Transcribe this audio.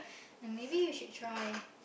maybe we should try